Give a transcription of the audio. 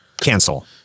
cancel